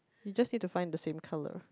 you just need to find the same colour